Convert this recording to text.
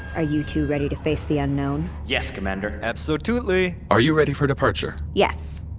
are you two ready to face the unknown? yes, commander abso-tutely are you ready for departure? yes.